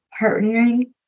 partnering